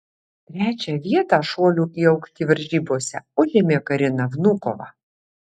trečią vietą šuolių į aukštį varžybose užėmė karina vnukova